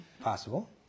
Possible